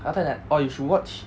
other than orh you should watch